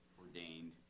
ordained